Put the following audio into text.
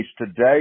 today